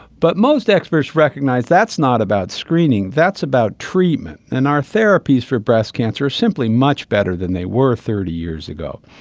but most experts recognise that's not about screening, that's about treatment. and our therapies for breast cancer are simply much better than they were thirty years ago.